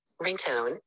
Ringtone